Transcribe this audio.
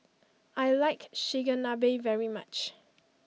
I like Chigenabe very much